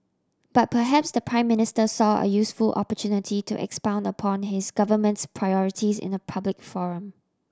but perhaps the Prime Minister saw a useful opportunity to expound upon his government's priorities in a public forum